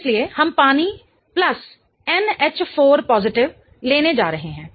इसलिए हम पानी प्लस NH4 लेने जा रहे हैं